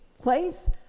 place